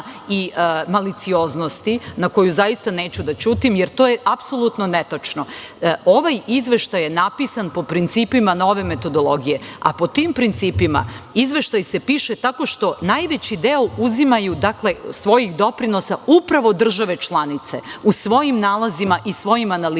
i malicioznosti na koju zaista neću da ćutim, jer to je apsolutno netačno. Ovaj izveštaj je napisan po principima nove metodologije, a po tim principa izveštaj se piše tako što najveći deo svojih doprinosa uzimaju upravo države članice u svojim nalazima i svojim analizama